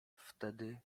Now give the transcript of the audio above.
wtedy